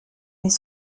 mais